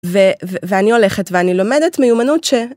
ואני הולכת ואני לומדת מיומנות ש...